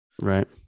right